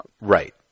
Right